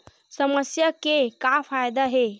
समस्या के का फ़ायदा हे?